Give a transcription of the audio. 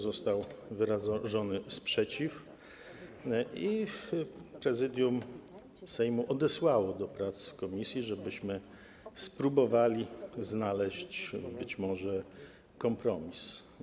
Został wyrażony sprzeciw i Prezydium Sejmu odesłało nas do prac w komisji, żebyśmy spróbowali znaleźć kompromis.